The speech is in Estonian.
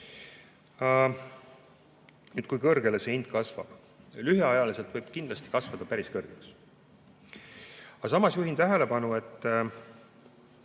kui kõrgele see hind kasvab? Lühiajaliselt võib kindlasti kasvada päris kõrgeks. Aga samas juhin tähelepanu, et